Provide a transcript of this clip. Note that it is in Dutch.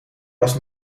was